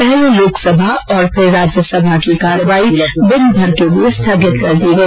पहले लोकसभा और फिर राज्यसभा की कार्यवाही भी दिन भर के लिए स्थगित कर दी गई